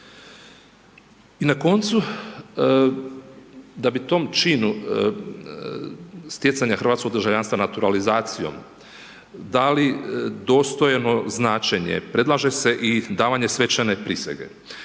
I na koncu da bi tom činu stjecanja hrvatskog državljanstva, naturalizacijom dali dostojno značenje predlaže se i davanje svečane prisege.